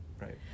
Right